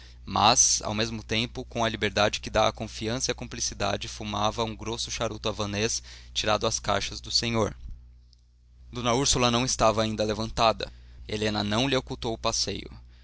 mas ao mesmo tempo com a liberdade que dá a confiança e a cumplicidade fumava um grosso charuto havanês tirado às caixas do senhor d úrsula não estava ainda levantada helena não lhe ocultou o passeio